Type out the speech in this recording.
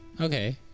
Okay